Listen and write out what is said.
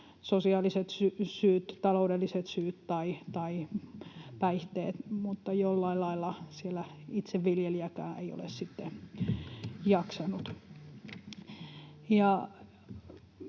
sosiaaliset syyt, taloudelliset syyt tai päihteet, mutta jollain lailla siellä itse viljelijäkään ei ole sitten jaksanut.